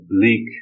bleak